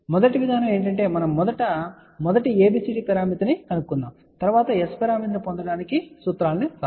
కాబట్టి మొదటి విధానం ఏమిటంటే మనం మొదట మొదటి ABCD పరామితిని కనుగొనబోతున్నాము మరియు తరువాత S పరామితి ని పొందడానికి సూత్రాలను ఉపయోగిస్తాము